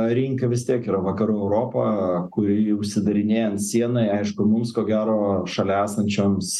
rinka vis tiek yra vakarų europa kuri užsidarinėjant sienai aišku mums ko gero šalia esančioms